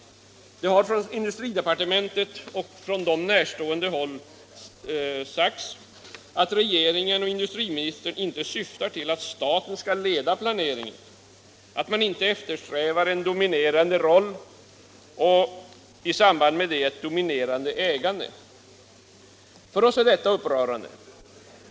Det har från industridepartementet och från det närstående håll sagts att regeringen och industriministern inte syftar till att staten skall leda planeringen, att man inte eftersträvar en dominerande roll och i samband därmed ett dominerande ägande. För oss är detta upprörande.